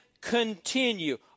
continue